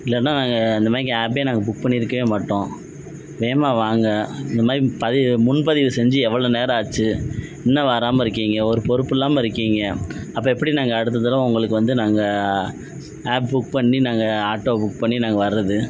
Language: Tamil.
இல்லைனா நாங்கள் இந்த மாதிரி ஆப்லயே புக் பண்ணிருக்கவே மாட்டோம் வேகமாக வாங்க இந்த மாதிரி ப முன் பதிவு செஞ்சு எவ்வளோ நேரம் ஆச்சு இன்னும் வராமல் இருக்கீங்க ஒரு பொறுப்பு இல்லாமல் இருக்கீங்க அப்போ எப்படி நாங்கள் அடுத்த தடவை உங்களுக்கு வந்து நாங்கள் ஆப் புக் பண்ணி நாங்கள் ஆட்டோ புக் பண்ணி நாங்கள் வரது